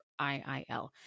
IIL